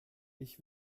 ich